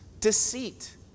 deceit